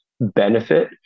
benefit